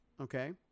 okay